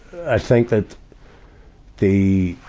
i think that the,